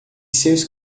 seus